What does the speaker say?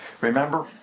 Remember